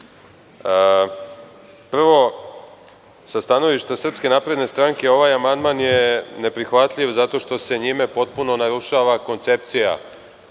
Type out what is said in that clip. sa stanovišta Srpske napredne stranke ovaj amandman je neprihvatljiv zato što se njime potpuno narušava koncepcija